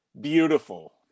Beautiful